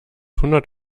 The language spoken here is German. hundert